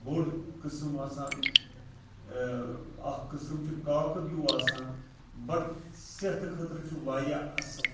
بوٚڑ قسم آسان اکھ قسم چھُ کاقُد ہیٚو آسان بَڑٕ صحتہِ خٲطرٕ چھ واریاہ اصٕل